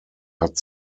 hat